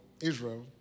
Israel